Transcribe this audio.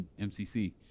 MCC